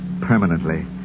permanently